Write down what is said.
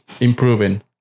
improving